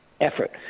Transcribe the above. effort